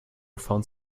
found